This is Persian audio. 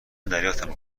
دریافتم